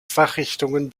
fachrichtungen